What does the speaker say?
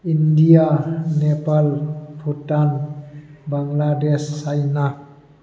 India Nepal Bhutan Bangladesh China